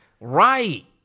Right